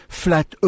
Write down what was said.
flat